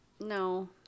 No